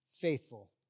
Faithful